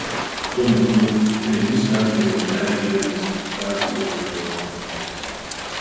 tuo metu prie jų stabtelėjo dar vienas vaz modelio automobilis